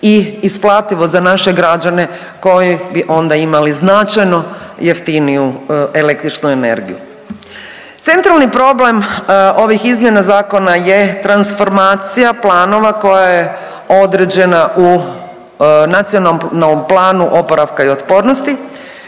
i isplativo za naše građane koji bi onda imali značajno jeftiniju električnu energiju. Centralni problem ovih izmjena zakona je transformacija planova koja je određena u Nacionalnom planu oporavka i otpornosti.